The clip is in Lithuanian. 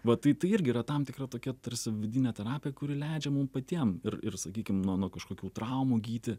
va tai tai irgi yra tam tikra tokia tarsi vidinė terapija kuri leidžia mum patiem ir ir sakykim nuo nuo kažkokių traumų gyti